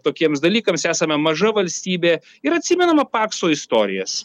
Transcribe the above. tokiems dalykams esame maža valstybė ir atsimename pakso istorijas